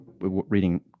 reading